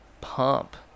pump